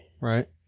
right